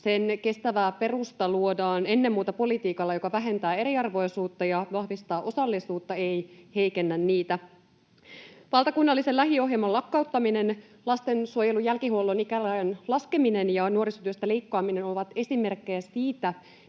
sen kestävä perusta luodaan ennen muuta politiikalla, joka vähentää eriarvoisuutta ja vahvistaa osallisuutta, ei heikennä niitä. Valtakunnallisen lähiöohjelman lakkauttaminen, lastensuojelun jälkihuollon ikärajan laskeminen ja nuorisotyöstä leikkaaminen ovat esimerkkejä siitä,